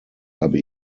habe